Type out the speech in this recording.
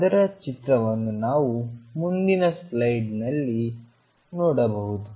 ಅದರ ಚಿತ್ರವನ್ನು ನಾವು ಮುಂದಿನ ಸ್ಲೈಡ್ ನಲ್ಲಿ ನೋಡಬಹುದು